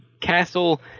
castle